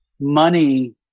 money